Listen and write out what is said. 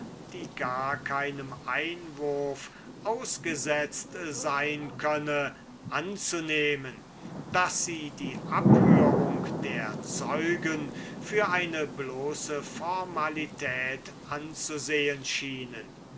die gar keinem einwurf ausgesetzt sein könne anzunehmen daß sie die abhörung der zeugen für eine bloße formalität anzusehen schienen